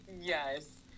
Yes